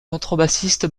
contrebassiste